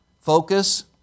focus